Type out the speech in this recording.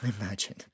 imagine